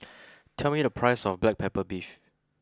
tell me the price of Black Pepper Beef